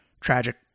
tragic